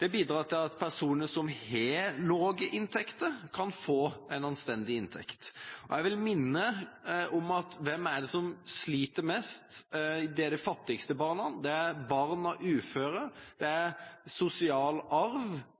Det bidrar til at personer som har lave inntekter, kan få en anstendig inntekt. Jeg vil minne om hvem det er som sliter mest. Det er de fattigste barna, det er barn av uføre, og det er sosial arv